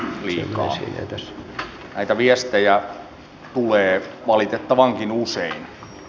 näitä viestejä tulee valitettavankin usein